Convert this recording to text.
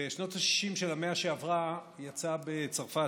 בשנות השישים של המאה שעברה יצא בצרפת